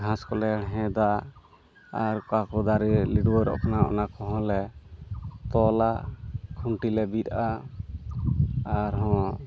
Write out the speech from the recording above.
ᱜᱷᱟᱥ ᱠᱚᱞᱮ ᱦᱮᱬᱦᱮᱫᱟ ᱟᱨ ᱚᱠᱟᱠᱚ ᱫᱟᱨᱮ ᱞᱤᱰᱣᱟᱹᱨᱚᱜ ᱠᱟᱱᱟ ᱚᱱᱟ ᱠᱚᱦᱚᱸ ᱞᱮ ᱛᱚᱞᱟ ᱠᱷᱩᱱᱴᱤᱞᱮ ᱵᱤᱫᱟᱜᱼᱟ ᱟᱨᱦᱚᱸ